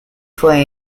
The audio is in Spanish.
fue